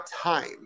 time